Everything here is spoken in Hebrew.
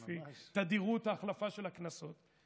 לפי תדירות ההחלפה של הכנסות.